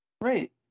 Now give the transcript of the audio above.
Right